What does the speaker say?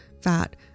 fat